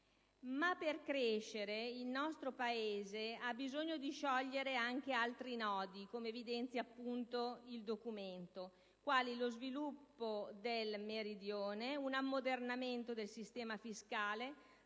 Ma per crescere il nostro Paese ha bisogno di sciogliere anche altri nodi (come evidenzia appunto il documento), quali lo sviluppo del Meridione, un ammodernamento del sistema fiscale